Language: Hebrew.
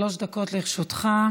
שלוש דקות לרשותך,